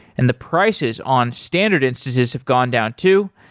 and the prices on standard instances have gone down too.